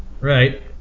Right